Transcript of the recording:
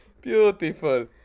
beautiful